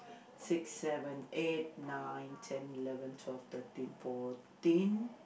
six seven eight nine ten eleven twelve thirteen fourteen